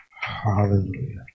Hallelujah